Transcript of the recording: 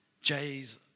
jays